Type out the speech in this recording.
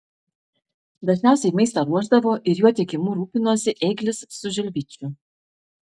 dažniausiai maistą ruošdavo ir jo tiekimu rūpinosi ėglis su žilvičiu